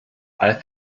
ale